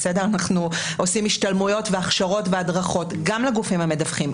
אנחנו עושים השתלמויות והכשרות והדרכות גם לגופים המדווחים,